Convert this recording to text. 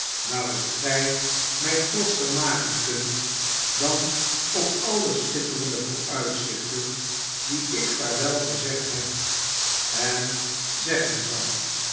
waarop gij mij trotscher maken kunt dan op alle schitterende vooruitzichten die ik vaarwel gezegd heb en zeggen zal